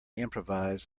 improvise